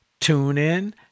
TuneIn